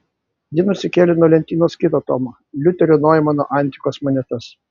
ji nusikėlė nuo lentynos kitą tomą liuterio noimano antikos monetas